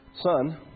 son